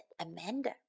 Amanda